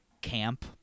camp